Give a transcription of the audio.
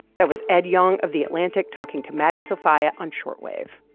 that was ed yong of the atlantic talking to maddie sofia on short wave.